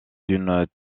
d’une